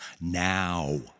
now